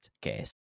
case